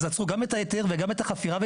אז עצרו גם את ההיתר וגם את החפירה.